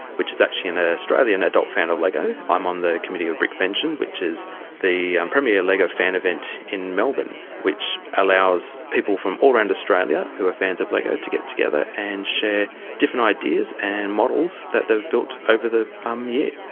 which is actually an ah australian adult fan of lego. i'm on the committee of brickvention, which is the premier lego fan event in melbourne, which allows people from all around australia who are fans of lego to get together and share different ideas and models that they've built over the um year.